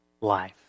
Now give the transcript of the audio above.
life